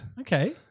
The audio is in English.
Okay